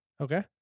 Okay